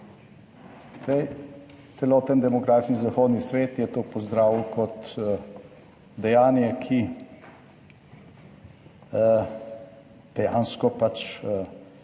celoten demokratični zahodni svet je to pozdravil kot dejanje, ki dejansko pač